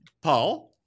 Paul